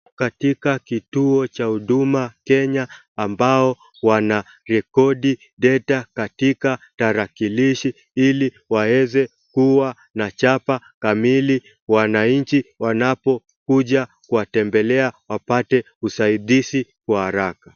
Katika kituo cha Huduma Kenya ambao wanarekodi data katika tarakilishi ili waeze kuwa na chapa kamili wananchi wanapokuja kuwatembelea wapate usaidizi kwa haraka.